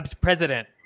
president